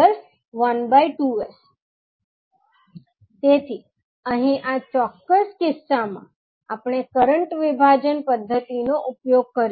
6 12S તેથી અહીં આ ચોક્કસ કિસ્સામાં આપણે કરંટ વિભાજનની પદ્ધતિનો ઉપયોગ કર્યો છે